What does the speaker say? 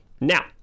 Now